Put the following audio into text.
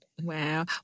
Wow